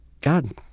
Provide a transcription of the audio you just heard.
God